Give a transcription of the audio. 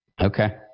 Okay